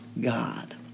God